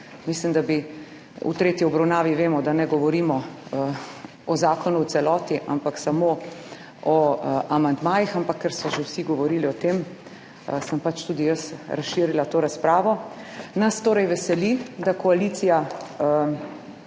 Vemo, da v tretji obravnavi ne govorimo o zakonu v celoti, ampak samo o amandmajih, ampak ker so že vsi govorili o tem, sem pač tudi jaz razširila to razpravo. Nas veseli, da je koalicija